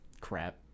crap